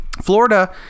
Florida